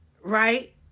right